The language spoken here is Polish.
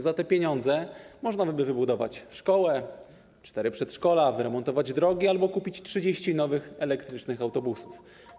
Za te pieniądze można by wybudować szkołę, cztery przedszkola, wyremontować drogi albo kupić 30 nowych elektrycznych autobusów.